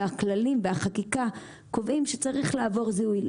והכללים והחקיקה קובעים שצריך לעבור זיהוי.